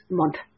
month